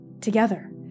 together